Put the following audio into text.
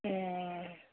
ए